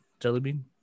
Jellybean